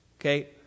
Okay